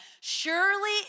surely